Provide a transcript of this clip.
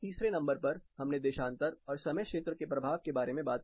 तीसरे नंबर पर हमने देशांतर और समय क्षेत्र के प्रभाव के बारे में बात की